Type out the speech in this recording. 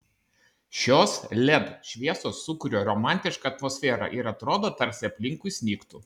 šios led šviesos sukuria romantišką atmosferą ir atrodo tarsi aplinkui snigtų